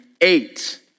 eight